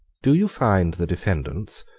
do you find the defendants,